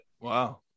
wow